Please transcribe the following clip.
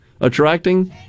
attracting